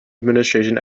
administration